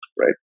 right